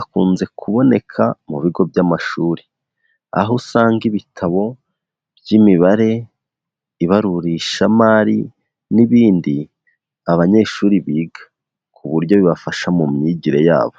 akunze kuboneka mu bigo by'amashuri, aho usanga ibitabo by'imibare, ibarurishamari n'ibindi abanyeshuri biga, ku buryo bibafasha mu myigire yabo.